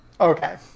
okay